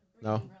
No